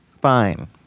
fine